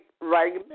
right